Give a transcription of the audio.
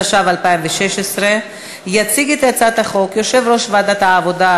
התשע"ו 2016. יציג את הצעת החוק יושב-ראש ועדת העבודה,